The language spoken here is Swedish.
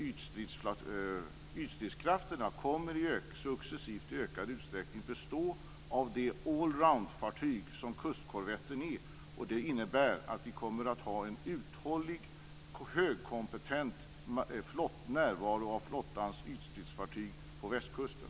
Ytstridskrafterna kommer i successivt ökad utsträckning att bestå av de all round-fartyg som kustkorvetterna är. Det innebär att vi kommer att ha en uthållig, högkompetent närvaro av flottans ytstridsfartyg på Västkusten.